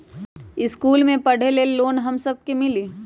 इश्कुल मे पढे ले लोन हम सब के मिली?